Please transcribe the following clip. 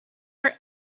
are